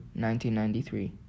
1993